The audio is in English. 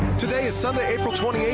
today is sunday, april twenty eighth,